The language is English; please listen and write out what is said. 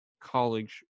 college